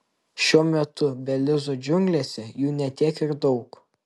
šiuo metu belizo džiunglėse jų ne tiek ir daug